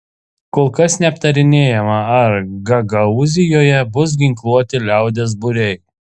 kol kas neaptarinėjama ar gagaūzijoje bus ginkluoti liaudies būriai